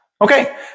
Okay